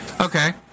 Okay